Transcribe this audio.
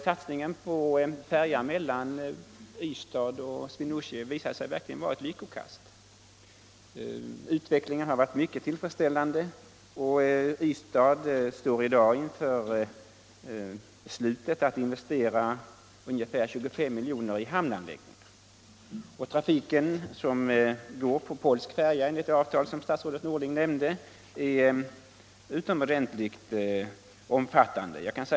Satsningen på en färja mellan Ystad och Swinoujscie visar sig verkligen vara ett lyckokast. Utvecklingen har varit mycket tillfredsställande, och Ystad står i dag inför beslutet att investera ungefär 25 miljoner i hamnanläggningar. Trafiken som enligt avtal går på polsk färja, som statsrådet Norling nämnde, är utomordentligt omfattande.